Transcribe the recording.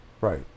Right